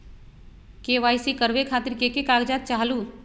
KYC करवे खातीर के के कागजात चाहलु?